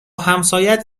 همسایهات